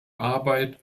arbeit